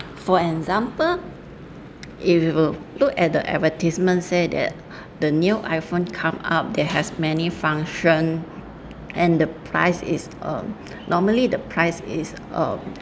for example if you will look at the advertisement say that the new iphone come out there has many function and the price is um normally the price is um